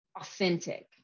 authentic